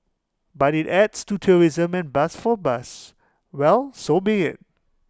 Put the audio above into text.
but IT adds to tourism and buzz for buzz well so be IT